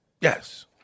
Yes